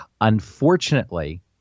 Unfortunately